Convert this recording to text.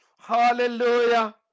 hallelujah